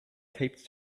taped